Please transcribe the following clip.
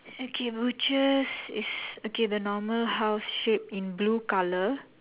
okay butchers is okay the normal house shape in blue colour